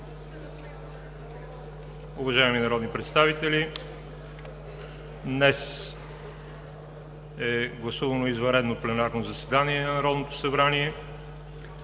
Уважаеми народни представители, гласувано е извънредно пленарно заседание на Народното събрание